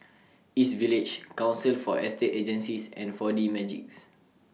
East Village Council For Estate Agencies and four D Magix